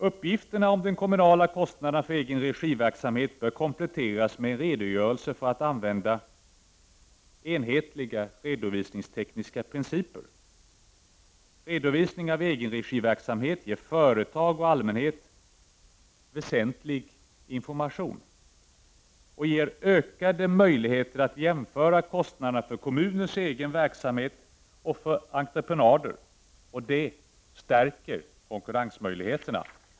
Uppgifter om de kommunala kostnaderna för egenregiverksamheten bör kompletteras med en redogörelse för att använda enhetliga redovisningstekniska principer. Redovisning av egenregiverksamheten ger företag och allmänhet väsentlig information. Ökade möjligheter att jämföra kostnaderna för kommunens egen verksamhet och för entreprenader stärker konkurrensmöjligheterna.